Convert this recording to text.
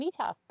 meetup